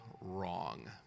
wrong